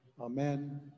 amen